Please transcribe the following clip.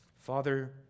Father